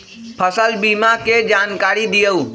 फसल बीमा के जानकारी दिअऊ?